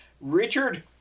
Richard